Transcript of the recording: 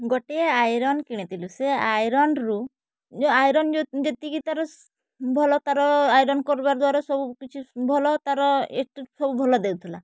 ଗୋଟିଏ ଆଇରନ୍ କିଣିଥିଲୁ ସେ ଆଇରନ୍ରୁ ଯେଉଁ ଆଇରନ୍ ଯେଉଁ ଯେତିକି ତାର ଭଲ ତାର ଆଇରନ୍ କରିବା ଦ୍ୱାରା ସବୁ କିଛି ଭଲ ତାର ଇସ୍ତ୍ରୀ ସବୁ ଭଲ ଦେଉଥିଲା